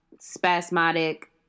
spasmodic